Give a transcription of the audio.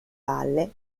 valle